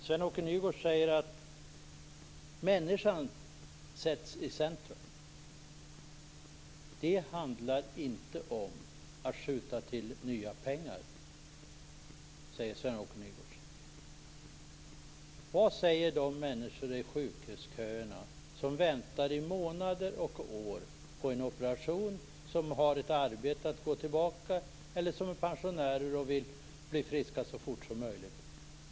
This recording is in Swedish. Sven-Åke Nygårds säger att människan sätts i centrum men att det inte handlar om att skjuta till nya pengar. Vad säger då de människor i sjukhusköerna som i månader och år väntar på en operation - människor som har ett arbete att gå tillbaka till eller som är pensionärer och vill bli friska så fort som möjligt?